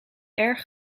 erg